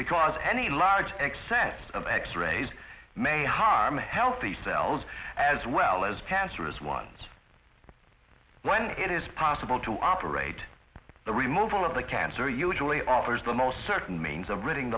because any large excess of x rays may harm a healthy cells as well as cancerous ones when it is possible to operate the removal of the cancer usually offers the most certain means of r